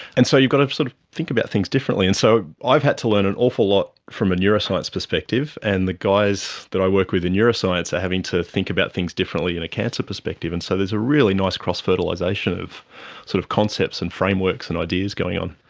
and so you've got to sort of think about things differently. and so i've had to learn an awful lot from a neuroscience perspective, and the guys that i work with in neuroscience are having to think about things differently in a cancer perspective. so there's a really nice cross-fertilisation of sort of concepts and frameworks and ideas going on.